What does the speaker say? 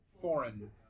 foreign